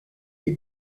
des